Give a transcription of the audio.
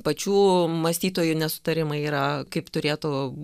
pačių mąstytojų nesutarimai yra kaip turėtų